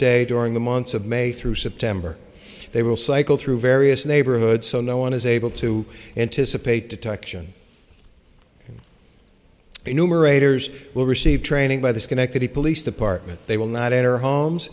day during the months of may through september they will cycle through various neighborhoods so no one is able to anticipate detection enumerators will receive training by the schenectady police department they will not enter homes